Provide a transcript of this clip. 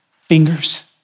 fingers